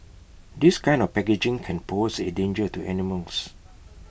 this kind of packaging can pose A danger to animals